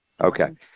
Okay